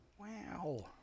Wow